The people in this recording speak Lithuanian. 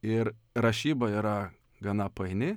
ir rašyba yra gana paini